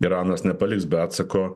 iranas nepaliks be atsako